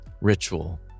Ritual